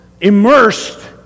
immersed